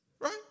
Right